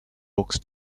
books